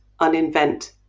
uninvent